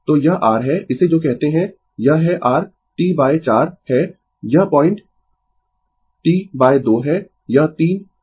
तो यह r है इसे जो कहते है यह है r T 4 है यह पॉइंट T 2 है यह 3 T 4 है और यह T है